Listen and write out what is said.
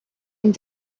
and